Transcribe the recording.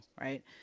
Right